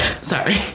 Sorry